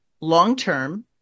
long-term